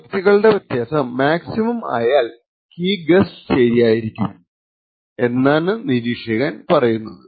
ഈ ബക്കറ്റുകളുടെ വ്യത്യാസം മാക്സിമം ആയാൽ കീ ഗെസ്സ് ശരിയായിരിക്കും എന്നാണ് നിരീക്ഷണങ്ങൾ പറയുന്നത്